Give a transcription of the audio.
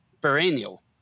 perennial